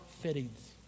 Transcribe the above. fittings